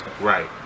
Right